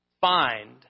find